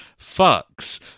Fucks